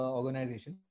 organization